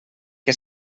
que